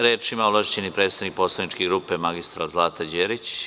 Reč ima ovlašćeni predstavnik Poslaničke grupe NS mr Zlata Đerić.